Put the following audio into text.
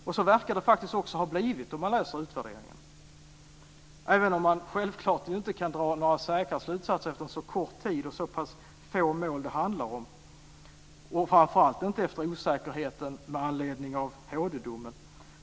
Och så verkar det faktiskt också ha blivit om man läser utvärderingen, även om man självklart inte kan dra några säkra slutsatser efter så kort tid och så pass få mål som det handlar om och framför allt inte efter osäkerheten med anledning av HD-domen.